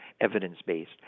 evidence-based